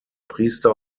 priester